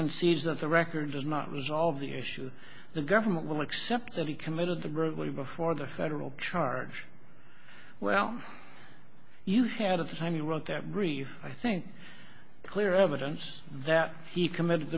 concedes that the record does not resolve the issue the government will accept that he committed to bradley before the federal charge well you had of the time you wrote that grief i think clear evidence that he committed